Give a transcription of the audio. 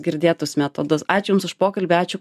girdėtus metodus ačiū jums už pokalbį ačiū